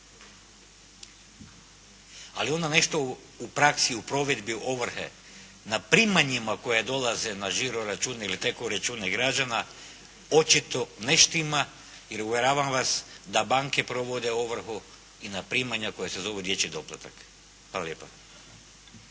ali on na nešto u praksi, u provedbi ovrhe na primanjima koja dolaze na žiro račun ili teko račune građana očito ne štima i uvjeravam vas da banke provode ovrhu i na primanja koja se zovu dječji doplatak. Hvala lijepa.